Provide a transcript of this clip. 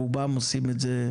רובם עושים את זה,